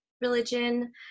religion